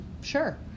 Sure